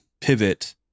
pivot